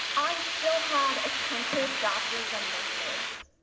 i still had attentive doctors and nurses,